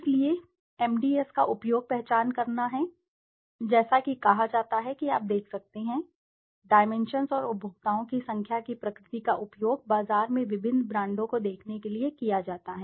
इसलिए एमडीएस का उपयोग पहचान करना है जैसा कि कहा जाता है कि आप देख सकते हैं डाइमेंशन्स और उपभोक्ताओं की संख्या की प्रकृति का उपयोग बाजार में विभिन्न ब्रांडों को देखने के लिए किया जाता है